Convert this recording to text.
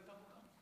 מי כתב אותה?